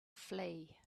flee